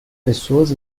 pessoas